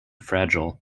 fragile